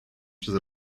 przez